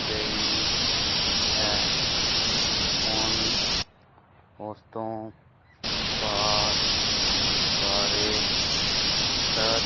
ਗਈ ਹੈ ਹੁਣ ਉਸ ਤੋਂ ਬਾਅਦ ਸਾਰੇ ਟਚ